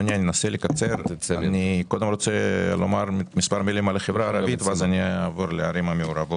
אני רוצה לומר מספר מילים על החברה הערבית ואז אדבר על הערים המעורבות.